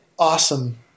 awesome